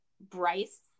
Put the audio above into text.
Bryce